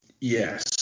Yes